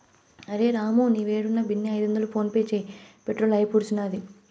అరె రామూ, నీవేడున్నా బిన్నే ఐదొందలు ఫోన్పే చేయి, పెట్రోలు అయిపూడ్సినాది